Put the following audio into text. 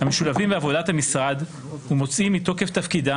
המשולבים בעבודת המשרד ומוצאים מתוקף תפקידם